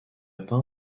peint